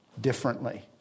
differently